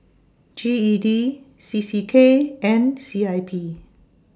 G E D C C K and C I P